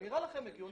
נראה לכם הגיוני?